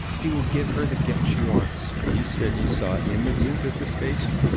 he will give her the gift she wants you said you saw images at the station.